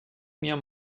mir